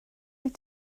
wyt